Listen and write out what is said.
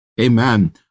amen